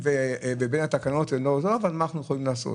ובין התקנות אבל מה אנחנו יכולים לעשות.